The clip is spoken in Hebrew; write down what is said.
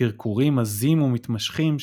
קרקורים עזים ומתמשכים,